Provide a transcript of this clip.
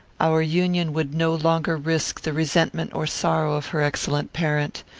our union would no longer risk the resentment or sorrow of her excellent parent.